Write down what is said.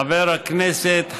חבר הכנסת חאג'